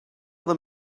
them